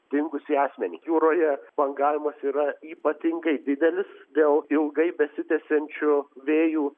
dingusį asmenį jūroje bangavimas yra ypatingai didelis dėl ilgai besitęsiančių vėjų